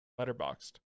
letterboxed